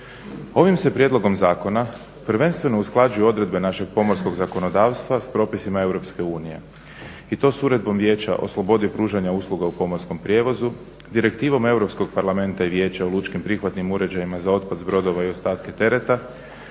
Ovim se prijedlogom zakona prvenstveno usklađuju odredbe našeg pomorskog zakonodavstva s propisima EU i to s Uredbom Vijeća o slobodi pružanja usluga u pomorskom prijevozu, Direktivom Europskog Parlamenta i Vijeća o lučkim prihvatnim uređajima za otpad s brodova i ostatke tereta,